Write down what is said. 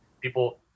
people